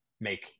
make